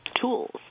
tools